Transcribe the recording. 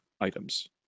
items